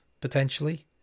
potentially